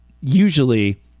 usually